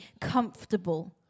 comfortable